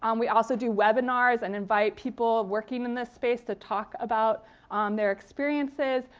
um we also do webinars and invite people working in this space to talk about um their experiences.